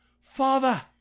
Father